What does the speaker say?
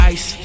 Ice